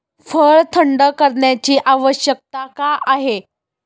फळ थंड करण्याची आवश्यकता का आहे?